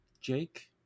Jake